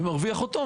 מרוויח אותו.